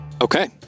Okay